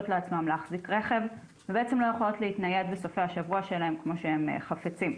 לעצמן להחזיק רכב ולא יכולות להתנייד בסופי השבוע כמו שהם חפצים.